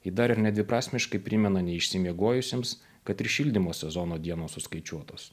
ji dar ir nedviprasmiškai primena neišsimiegojusiems kad ir šildymo sezono dienos suskaičiuotos